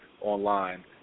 online